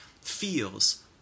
feels